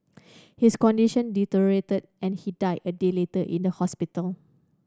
his condition deteriorated and he died a day later in the hospital